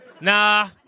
Nah